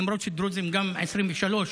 למרות שדרוזים גם 2023,